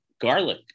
garlic